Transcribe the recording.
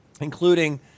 including